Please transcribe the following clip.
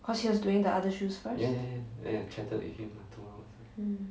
because he was doing the other shoes first mm